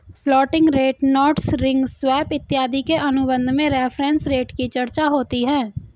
floating rate notes ring swap इत्यादि के अनुबंध में रेफरेंस रेट की चर्चा होती है